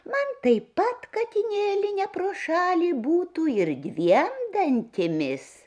man taip pat katinėli ne pro šalį būtų ir dviem dantimis